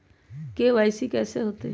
KYC कैसे होतई?